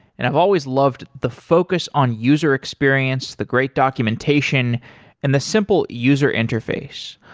and i've always loved the focus on user experience, the great documentation and the simple user interface.